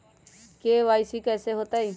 KYC कैसे होतई?